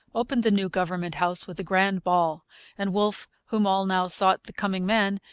opened the new government house with a grand ball and wolfe, whom all now thought the coming man,